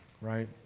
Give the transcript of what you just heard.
right